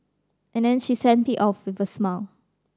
and then she sent me off with a smile